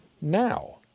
Now